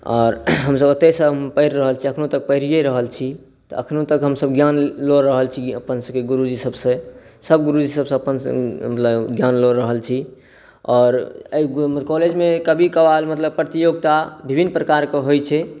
आओर हमसभ ओतयसँ पढ़ि रहल छी अखनहुँ तक पढ़ियै रहल छी तऽ अखनहुँ तक हमसभ ज्ञान लऽ रहल छी अपनसभके गुरुजीसभसँ सभ गुरुजीसभसँ अपन ज्ञान लऽ रहल छी आओर एहि कॉलेजमे कभी कभार मतलब प्रतियोगिता विभिन्न प्रकारके होइ छै